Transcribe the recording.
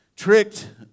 Tricked